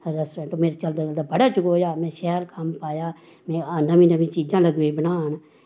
restaurant मेरा चलदा चलदा बड़ा चकोआ में शैल कम्म पाया में नमीं नमीं चीजां लगी पेई बनान